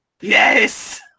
Yes